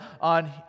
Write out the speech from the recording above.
on